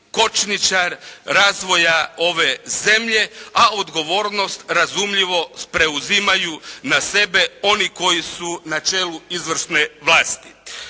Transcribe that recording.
kočničar razvoja ove zemlje, a odgovornost razumljivo preuzimaju na sebe oni koji su na čelu izvršne vlasti.